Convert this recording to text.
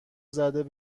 زده